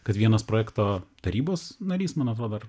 kad vienas projekto tarybos narys man atrodo ar